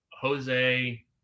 Jose